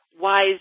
wise